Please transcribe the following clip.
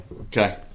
Okay